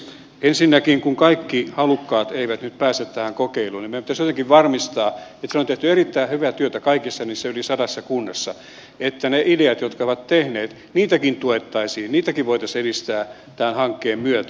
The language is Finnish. ensinnäkin kun kaikki halukkaat eivät nyt pääse tähän kokeiluun niin meidän pitäisi jotenkin varmistaa siellä on tehty erittäin hyvää työtä kaikissa niissä yli sadassa kunnassa että niitäkin ideoita joita on syntynyt tuettaisiin ja niitäkin voitaisiin edistää tämän hankkeen myötä